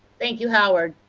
thank you, howard.